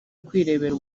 kwirebera